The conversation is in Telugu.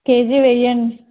కేజీ వెయ్యండి